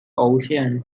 ocean